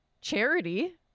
charity